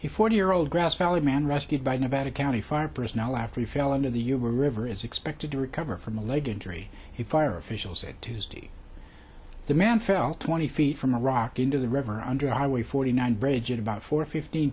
the forty year old grass valley man rescued by nevada county fire personnel after he fell into the uber river is expected to recover from a leg injury the fire official said tuesday the man fell twenty feet from a rock into the river under highway forty nine bridge at about four fift